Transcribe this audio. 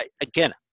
again